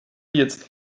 jetzt